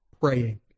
praying